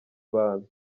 abantu